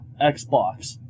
Xbox